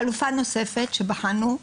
חלופה נוספת שבחנו היא